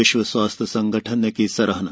विश्व स्वास्थ्य संगठन ने की सराहना